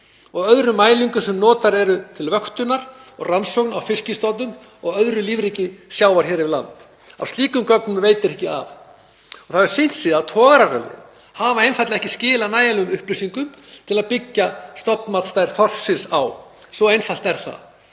og öðrum mælingum sem notaðar eru til vöktunar og rannsókna á fiskstofnum og öðru lífríki sjávar hér við land. Af slíkum gögnum veitir ekki.“ Það hefur sýnt sig að togararöllin hafa einfaldlega ekki skilað nægilegum upplýsingum til að byggja stofnmat þorsksins á. Svo einfalt er það.